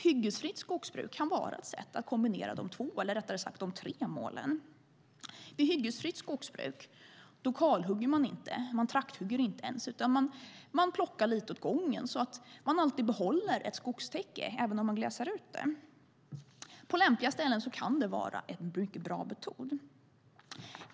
Hyggesfritt skogsbruk kan vara ett sätt att kombinera de två, eller rättare sagt de tre målen. I hyggesfritt skogsbruk kalhugger man inte - man trakthugger inte ens - utan man plockar lite åt gången så att man alltid behåller ett skogstäcke även om man glesar ut det. På lämpliga ställen kan det vara en mycket bra metod.